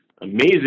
amazing